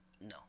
No